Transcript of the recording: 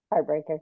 Heartbreaker